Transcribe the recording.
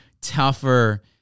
tougher